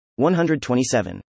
127